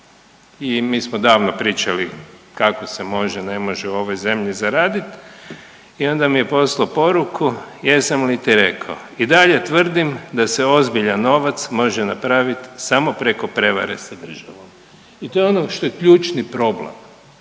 I mi smo davno pričali kako se može, ne može u ovoj zemlji zaraditi. I onda mi je poslao poruku jesam li ti rekao? I dalje tvrdim da se ozbiljan novac može napraviti samo preko prevare sa državom. I to je ono što je ključni problem,